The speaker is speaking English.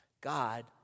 God